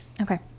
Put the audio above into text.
okay